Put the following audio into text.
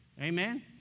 Amen